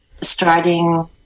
starting